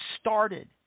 started